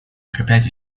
укреплять